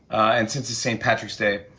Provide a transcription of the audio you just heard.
and since it's st. patrick's day,